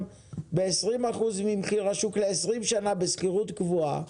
ב-20% ממחיר השוק לעשרים שנה בשכירות קבועה.